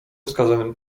wskazanym